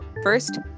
First